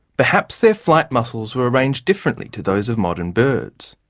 perhaps their flight muscles were arranged differently to those of modern birds.